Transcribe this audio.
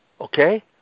Okay